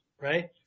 right